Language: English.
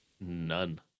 None